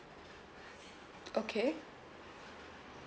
okay